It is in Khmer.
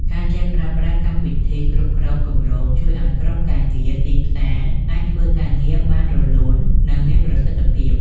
ការចេះប្រើប្រាស់កម្មវិធីគ្រប់គ្រងគម្រោងជួយឱ្យក្រុមការងារទីផ្សារអាចធ្វើការងារបានរលូន និងមានប្រសិទ្ធភាព។